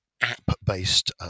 app-based